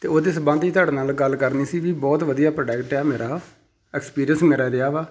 ਅਤੇ ਉਹਦੇ ਸੰਬੰਧ 'ਚ ਤੁਹਾਡੇ ਨਾਲ ਗੱਲ ਕਰਨੀ ਸੀ ਵੀ ਬਹੁਤ ਵਧੀਆ ਪ੍ਰੋਡਕਟ ਆ ਮੇਰਾ ਐਕਸਪੀਰੀਐਂਸ ਮੇਰਾ ਰਿਹਾ ਵਾ